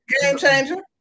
Game-changer